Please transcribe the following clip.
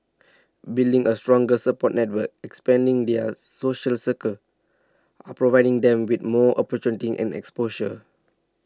building a stronger support network expanding their social circles are providing them with more opportunities and exposure